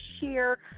share